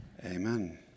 Amen